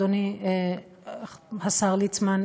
אדוני השר ליצמן,